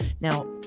now